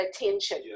attention